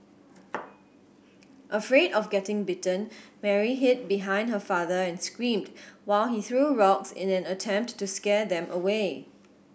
afraid of getting bitten Mary hid behind her father and screamed while he threw rocks in an attempt to scare them away